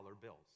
bills